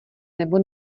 nebo